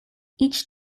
each